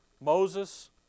Moses